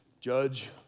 judge